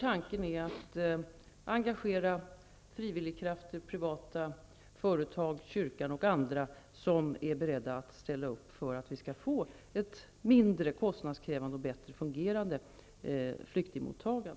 Tanken är att engagera frivilligkrafter, privata företag, kyrkan och andra som är beredda att ställa upp för att vi skall få ett mindre kostnadskrävande och bättre fungerande flyktingmottagande.